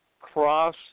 cross